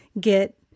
get